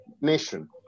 nation